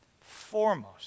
foremost